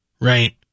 right